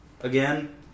Again